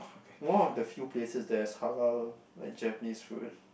one of the few places there's halal like Japanese food